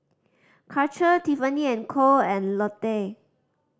Karcher Tiffany and Co and Lotte